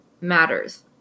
matters